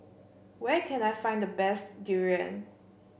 where can I find the best durian